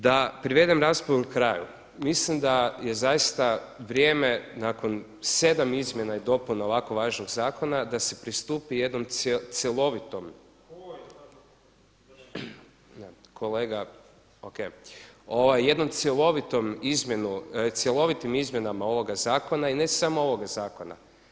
Da privedem raspravu kraju, mislim da je zaista vrijeme nakon 7 izmjena i dopuna ovako važnog zakona da se pristupi jednom cjelovitom, kolega Ok, jednim cjelovitim izmjenama ovoga zakona i ne samo ovoga zakona.